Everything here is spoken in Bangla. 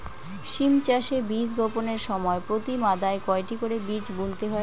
সিম চাষে বীজ বপনের সময় প্রতি মাদায় কয়টি করে বীজ বুনতে হয়?